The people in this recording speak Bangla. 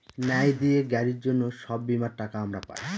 ন্যায় দিয়ে গাড়ির জন্য সব বীমার টাকা আমরা পাই